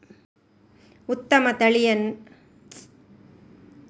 ಉತ್ತಮ ತಳಿಯನ್ನು ಗುರುತಿಸುವುದು ಹೇಗೆ?